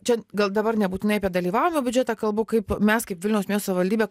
čia gal dabar nebūtinai apie dalyvavimo biudžetą kalbu kaip mes kaip vilniaus miesto savivaldybė